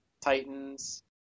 Titans